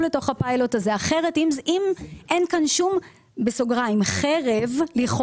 לתוך הפיילוט הזה כי אחרת אם אין כאן חרב לכאורה